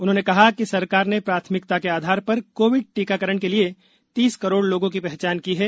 उन्होंने कहा कि सरकार ने प्रााथमिकता के आधार पर कोविड टीकाकरण के लिए तीस करोड़ लोगों की पहचान की है